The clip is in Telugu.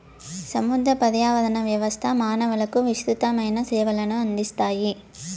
సముద్ర పర్యావరణ వ్యవస్థ మానవులకు విసృతమైన సేవలను అందిస్తాయి